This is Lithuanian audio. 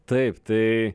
taip tai